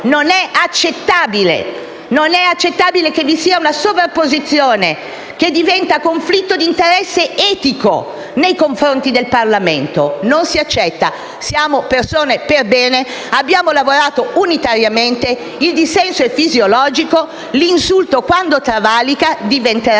Non è accettabile che vi sia una sovrapposizione che diventa conflitto di interesse etico nei confronti del Parlamento. Non si accetta; siamo persone perbene. Abbiamo lavorato unitariamente. Il dissenso è fisiologico, ma l'insulto, quando travalica, diventerà oggetto